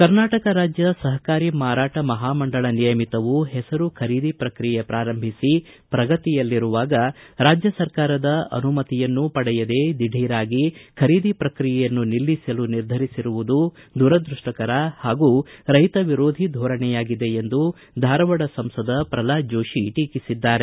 ಕರ್ನಾಟಕ ರಾಜ್ಯ ಸಹಕಾರಿ ಮಾರಾಟ ಮಹಾಮಂಡಳ ನಿಯಮಿತವು ಹೆಸರು ಖರೀದಿ ಪ್ರಕ್ರಿಯೆ ಪ್ರಾರಂಭಿಸಿ ಪ್ರಗತಿಯಲ್ಲಿರುವಾಗ ರಾಜ್ಯ ಸರಕಾರದ ಅನುಮತಿಯನ್ನೂ ಪಡೆಯದೆ ದಿಢೀರಾಗಿ ಖರೀದಿ ಪ್ರಕ್ರಿಯೆಯನ್ನು ನಿಲ್ಲಿಸಲು ನಿರ್ಧರಿಸಿರುವುದು ದುರದೃಷ್ಟಕರ ಹಾಗೂ ರೈತ ವಿರೋಧಿ ದೊರಣೆಯಾಗಿದೆ ಎಂದು ಧಾರವಾಡ ಸಂಸದ ಪ್ರಲ್ನಾದ ಜೋಷಿ ಟೀಕಿಸಿದ್ದಾರೆ